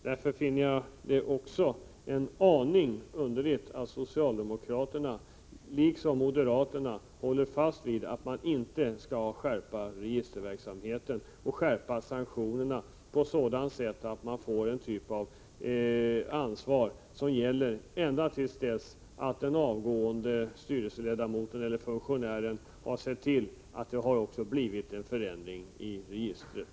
Därför finner jag det en aning underligt att socialdemokraterna, liksom moderaterna, håller fast vid att vi när det gäller registerverksamheten inte skall skärpa sanktionerna på sådant sätt att den avgående styrelseledamoten eller funktionären ges ett ansvar ända till dess att han har sett till att det har blivit en förändring i registret.